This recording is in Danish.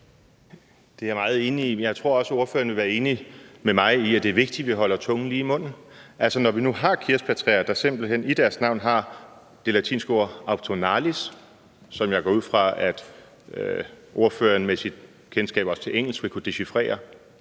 er jeg meget enig i. Men jeg tror også, at ordføreren vil være enig med mig i, at det er vigtigt, at vi holder tungen lige i munden, altså at vi, når vi nu har kirsebærtræer, der simpelt hen i deres navn har det latinske ord autumnalis, som jeg også går ud fra at ordføreren med sit kendskab til engelsk vil kunne dechifrere